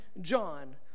John